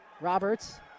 Roberts